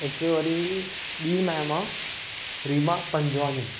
हिकु वरी ॿी मेम आहे रीमा पंजवानी